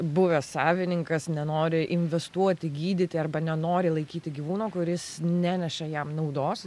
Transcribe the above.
buvęs savininkas nenori investuoti gydyti arba nenori laikyti gyvūno kuris neneša jam naudos